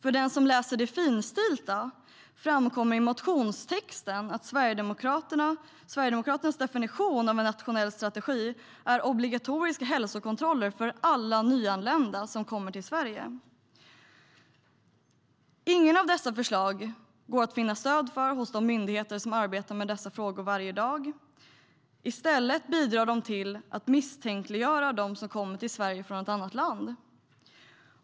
För den som läser det finstilta framkommer i motionstexten att Sverigedemokraternas definition av en nationell strategi är obligatoriska hälsokontroller för alla nyanlända som kommer till Sverige. Inget av dessa förslag går det att finna stöd för hos de myndigheter som arbetar med dessa frågor varje dag. I stället bidrar de till att misstänkliggöra dem som kommer till Sverige från ett annat land.